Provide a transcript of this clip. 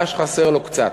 מה שחסר לו קצת.